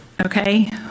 okay